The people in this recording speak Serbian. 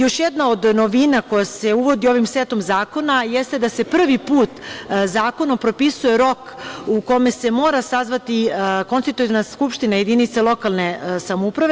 Još jedna od novina koja se uvodi ovim setom zakona jeste da se prvi put zakonom propisuje rok u kome se mora sazvati konstitutivna skupština jedinice lokalne samouprave.